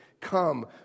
come